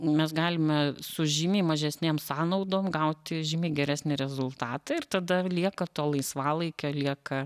mes galime su žymiai mažesnėm sąnaudom gauti žymiai geresnį rezultatą ir tada lieka to laisvalaikio lieka